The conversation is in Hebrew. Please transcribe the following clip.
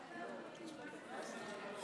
חבריי חברי הכנסת,